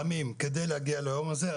אני חושב שמרחפת עננה של התרגשות מעל הדיון הזה.